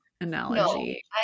analogy